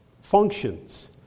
functions